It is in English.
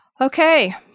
Okay